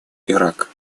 ирак